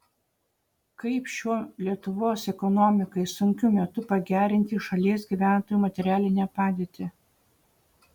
kaip šiuo lietuvos ekonomikai sunkiu metu pagerinti šalies gyventojų materialinę padėtį